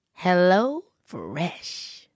HelloFresh